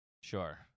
Sure